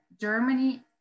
Germany